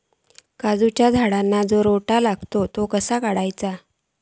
काजूच्या झाडांका जो रोटो लागता तो कसो काडुचो?